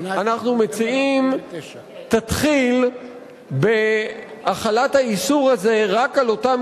אנחנו מציעים שהיא תתחיל בהחלת האיסור הזה רק על אותם